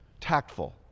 Tactful